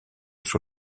sur